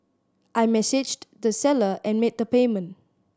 I messaged the seller and made the payment